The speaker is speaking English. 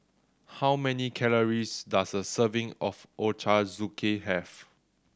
how many calories does a serving of Ochazuke have